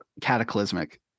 cataclysmic